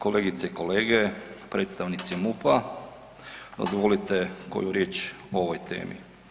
Kolegice i kolege, predstavnici MUP-a dozvolite koju riječ o ovoj temi.